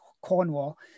Cornwall